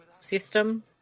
system